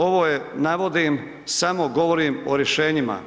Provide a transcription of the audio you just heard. Ovo je, navodim, samo govorim o rješenjima.